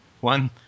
one –